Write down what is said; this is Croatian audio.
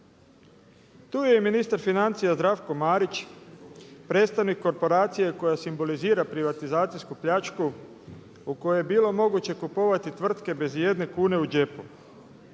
Tu je i ministar financija Zdravsko Marić predstavnik korporacije koja simbolizira privatizacijsku pljačku u kojoj je bilo moguće kupovati tvrtke bez ijedne kune u džepu.